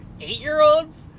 eight-year-olds